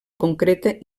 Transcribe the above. concreta